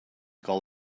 call